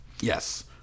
Yes